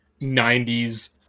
90s